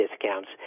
discounts